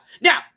Now